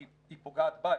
כי היא פוגעת בה,